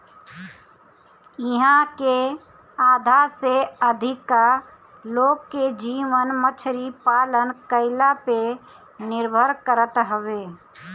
इहां के आधा से अधिका लोग के जीवन मछरी पालन कईला पे निर्भर करत हवे